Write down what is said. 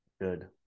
Good